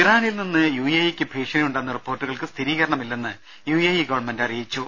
ഇറാനിൽ നിന്ന് U A ഇയ്ക്ക് ഭീഷണിയുണ്ടെന്ന റിപ്പോർട്ടു കൾക്ക് സ്ഥിരീകരണമില്ലെന്ന് യു എ ഇ ഗവൺമെന്റ് അറിയിച്ചു